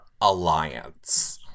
alliance